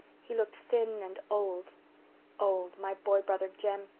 he looked thin and old old my boy-brother jem.